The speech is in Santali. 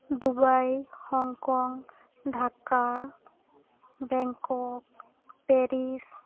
Dubai Hong Kong Dhaka Bangkok Paris